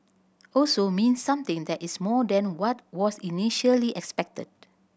also means something that is more than what was initially expected